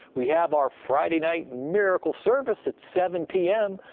we have our friday night miracle service at seven pm.